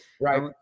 Right